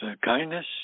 kindness